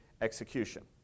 execution